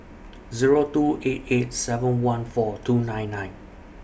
Zero two eight eight seven one four two nine nine